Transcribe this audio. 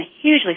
hugely